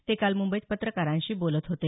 ते काल मुंबईत पत्रकारांशी बोलत होते